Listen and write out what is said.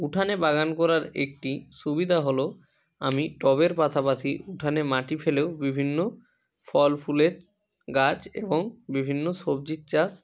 উঠানে বাগান করার একটি সুবিধা হলো আমি টবের পাশাপাশি উঠানে মাটি ফেলেও বিভিন্ন ফল ফুলের গাছ এবং বিভিন্ন সবজি চাষ